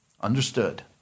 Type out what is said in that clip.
Understood